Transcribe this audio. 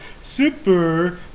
Super